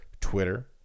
Twitter